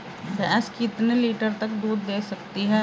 भैंस कितने लीटर तक दूध दे सकती है?